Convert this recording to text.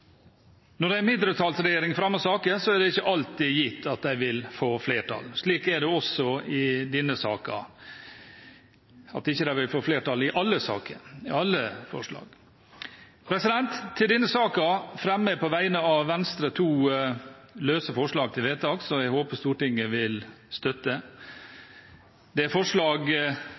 Når en mindretallsregjering fremmer saker, er det ikke alltid gitt at de vil få flertall. Slik er det også i denne saken, at de ikke vil få flertall for alle forslag. Til denne saken fremmer jeg på vegne av Venstre to løse forslag til vedtak, som jeg håper Stortinget vil støtte. Det er forslag